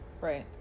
Right